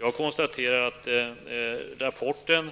Jag konstaterar att rapporten